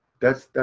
that's,